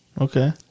Okay